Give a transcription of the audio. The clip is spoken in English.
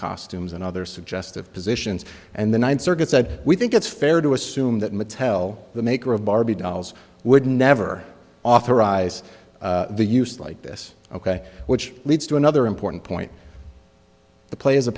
costumes and other suggestive positions and the ninth circuit said we think it's fair to assume that mattel the maker of barbie dolls would never authorize the use like this ok which leads to another important point the play is a